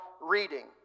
reading